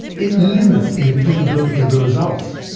it limits the applicability of the results,